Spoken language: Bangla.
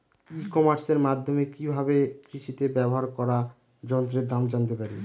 ই কমার্সের মাধ্যমে কি ভাবে কৃষিতে ব্যবহার করা যন্ত্রের দাম জানতে পারি?